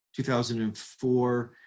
2004